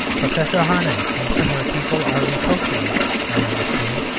professor harnack and similar people are reproaching us, i understand,